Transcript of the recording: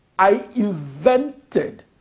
i invented